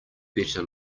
better